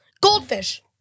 goldfish